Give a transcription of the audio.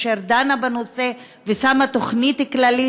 אשר דנה בנושא ושמה תוכנית כללית,